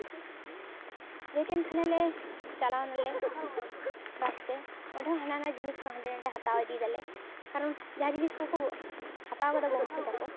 latent ᱠᱷᱟᱱᱞᱮ ᱪᱟᱞᱟᱣ ᱱᱟᱞᱮ ᱵᱟᱥᱛᱮ ᱚᱸᱰᱮ ᱦᱚᱸ ᱦᱟᱱᱟᱼᱱᱟᱣᱟ ᱡᱤᱱᱤᱥ ᱠᱚ ᱦᱟᱸᱰᱮᱼᱱᱟᱰᱮ ᱦᱟᱛᱟᱣ ᱤᱫᱤᱭᱫᱟᱞᱮ ᱠᱟᱨᱚᱱ ᱡᱟᱦᱟᱸ ᱡᱤᱱᱤᱥ ᱠᱚᱠᱚ ᱦᱟᱛᱟᱣ ᱠᱮᱫᱟ ᱜᱚᱢᱠᱮ ᱛᱟᱠᱚ